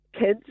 kids